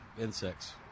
insects